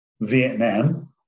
Vietnam